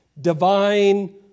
divine